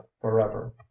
forever